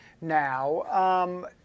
now